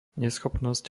neschopnosť